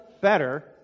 better